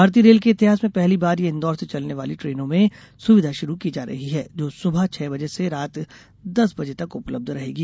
भारतीय रेल के इतिहास में पहली बार ये इंदौर से चलने वाली ट्रेनों में सुविधा शुरू की जा रही है जो सुबह छह बजे से रात दस बजे तक उपलब्ध रहेगी